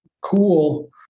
cool